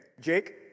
Jake